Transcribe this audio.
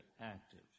active